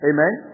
Amen